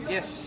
Yes